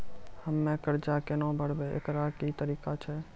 हम्मय कर्जा केना भरबै, एकरऽ की तरीका छै?